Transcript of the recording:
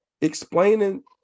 explaining